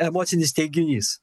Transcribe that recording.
emocinis teiginys